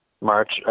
March